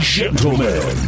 gentlemen